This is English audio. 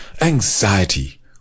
anxiety